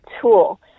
tool